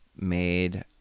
made